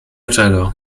czego